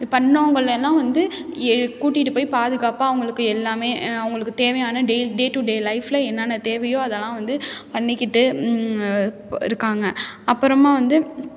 பண்ணவங்களெல்லாம் வந்து ஏ கூட்டிகிட்டுப் போய் பாதுகாப்பாக அவங்களுக்கு எல்லாமே அவங்களுக்குத் தேவையான டே டே டுடே லைஃப்பில் என்னென்ன தேவையோ அதெல்லாம் வந்து பண்ணிக்கிட்டு இருக்காங்க அப்புறமா வந்து